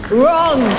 wrong